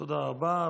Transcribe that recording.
תודה רבה.